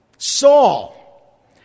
Saul